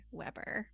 weber